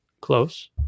close